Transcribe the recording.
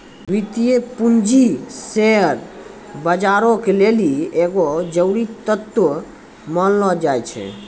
वित्तीय पूंजी शेयर बजारो के लेली एगो जरुरी तत्व मानलो जाय छै